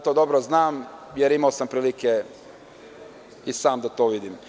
To dobro znam, jer sam imao prilike i sam da to vidim.